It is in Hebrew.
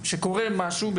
שקורה משהו,